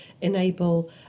enable